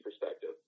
perspective